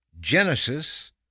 Genesis